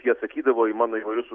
jie atsakydavo į mano įvairius